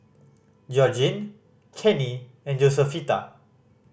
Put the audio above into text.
Georgine Kenney and Josefita